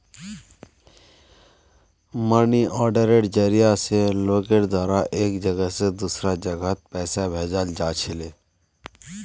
money आर्डरेर जरिया स लोगेर द्वारा एक जगह स दूसरा जगहत पैसा भेजाल जा छिले